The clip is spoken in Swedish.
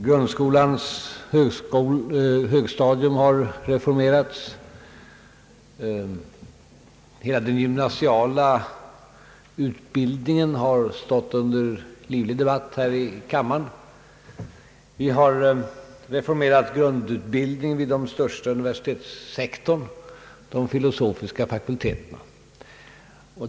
Grundskolans högstadium har reformerats, hela den gymnasiala utbildningen har stått under livlig debatt här i kammaren, och vi har reformerat grundutbildningen inom den största universitetssektorn, den filosofiska fakulteten.